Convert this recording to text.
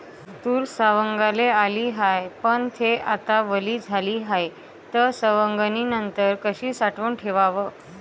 तूर सवंगाले आली हाये, पन थे आता वली झाली हाये, त सवंगनीनंतर कशी साठवून ठेवाव?